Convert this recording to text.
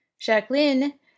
Jacqueline